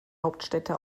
hauptstädte